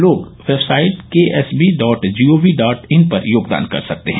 लोग website KSB dot gov dot in पर योगदान कर सकते हैं